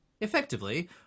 effectively